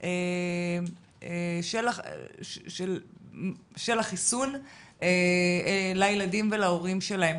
של החיסון לילדים ולהורים שלהם.